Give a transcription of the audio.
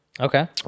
okay